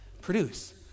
Produce